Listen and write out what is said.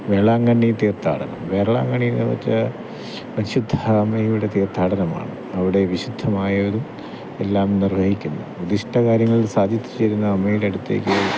വേളാങ്കണ്ണി തീർത്ഥാടനം വേളാങ്കണ്ണീ നമുക്ക് വിശുദ്ധ അമ്മയുടെ തീർത്ഥാടനമാണ് അവിടെ വിശുദ്ധമായതും എല്ലാം നിർവഹിക്കുന്നു ഉദ്ധിഷ്ഠ കാര്യങ്ങൾ സാധിച്ചു തരുന്ന അമ്മയുടെ അടുത്തേക്ക്